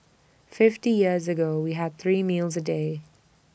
fifty years ago we had three meals A day